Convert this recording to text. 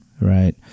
right